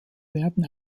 werden